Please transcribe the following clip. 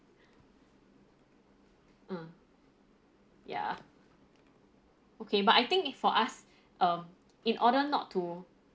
uh ya okay but I think for us um in order not to